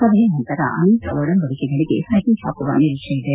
ಸಭೆಯ ನಂತರ ಅನೇಕ ಒಡಂಬಡಿಕೆಗಳಿಗೆ ಸಹಿ ಹಾಕುವ ನಿರೀಕ್ಷೆಯಿದೆ